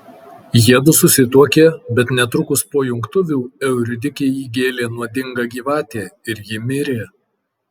jiedu susituokė bet netrukus po jungtuvių euridikei įgėlė nuodinga gyvatė ir ji mirė